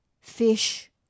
fish